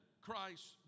Christ